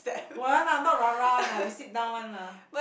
won't lah not rah-rah one lah you sit down one lah